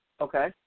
Okay